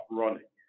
running